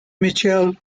mitchell